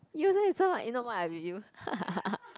you if not why I with you